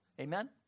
Amen